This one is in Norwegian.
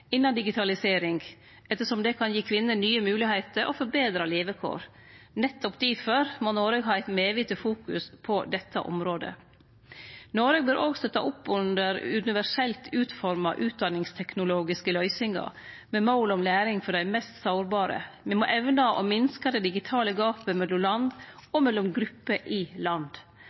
innan digitalisering, ettersom det kan gi kvinner nye moglegheiter og forbetra levekår. Nettopp difor må Noreg ha ei medviten merksemd på dette området. Noreg bør òg støtte opp under universelt utforma utdanningsteknologiske løysingar, med mål om læring for dei mest sårbare. Me må evne å minske det digitale gapet mellom land og mellom grupper i land.